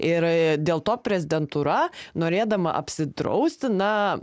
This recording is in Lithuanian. ir dėl to prezidentūra norėdama apsidrausti na